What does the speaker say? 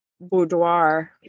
boudoir